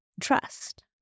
trust